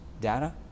data